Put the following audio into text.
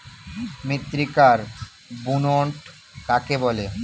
মৃত্তিকার বুনট কাকে বলে?